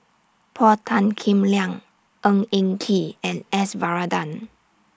Paul Tan Kim Liang Ng Eng Kee and S Varathan